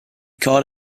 caught